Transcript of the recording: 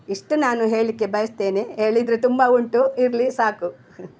ಇಷ್ಟು ನಾನು ಹೇಳಲಿಕ್ಕೆ ಬಯಸ್ತೇನೆ ಹೇಳಿದರೆ ತುಂಬ ಉಂಟು ಇರಲಿ ಸಾಕು